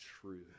truth